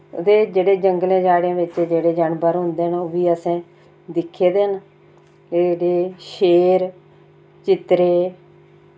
ते जेह्ड़े जंगलें जाड़ें विच जेह्ड़े जानबर होंदे न ओह् बी असें दिक्खे दे न एह् जेह्ड़े शेर चित्तरे